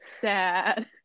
sad